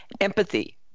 Empathy